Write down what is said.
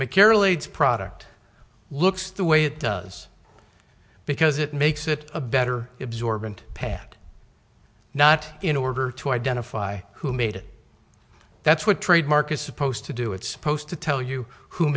leads product looks the way it does because it makes it a better absorbent pad not in order to identify who made that's what trademark is supposed to do it's supposed to tell you who